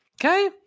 Okay